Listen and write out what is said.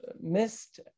missed